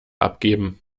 abgeben